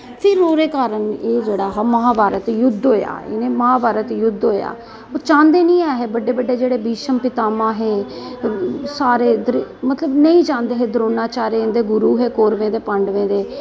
फिर ओहदे कारण एह् जेहड़ा महाभारत युद्ध होआ इनें महाभारत युद्द होआ ओह् चांहदे नेईं है बड्डे बड्डे जेहडे़ भीषम पिता मा है सारे मतलब नेई चांहदे हे द्रोणाचार्य इंदे गुरु हे कौरवें दे पांडवें दे